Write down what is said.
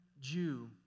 Jew